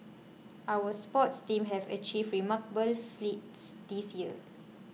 our sports teams have achieved remarkable feats this year